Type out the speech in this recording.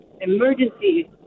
emergency